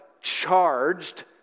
charged